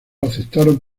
aceptaron